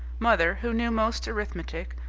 mother, who knew most arithmetic,